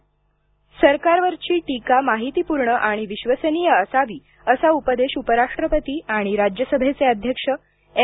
उपराष्ट्रपती सरकारवरची टीका माहितीपूर्ण आणि विश्वसनीय असावी असा उपदेश उपराष्ट्रपती आणि राज्यसभेचे अध्यक्ष एम